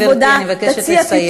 גברתי, אני מבקשת לסיים.